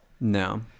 No